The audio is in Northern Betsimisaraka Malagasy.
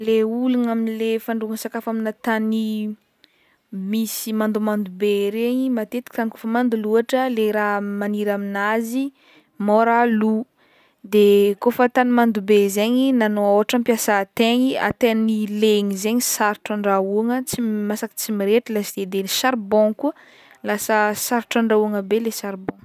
Ny olana am' le fandrahoigna sakafo amina tany misy mandomando be regny matetiky tany kaofa mando loatra le raha maniry aminazy môra lò de kaofa tany mando be zaigny na anao ôhatra hampiasa ataigny, ataigny legny zaigny sarotro andrahoigna tsy masak- tsy mirehitra laste de ny charbon koa lasa sarotra andrahoigna be le charbon.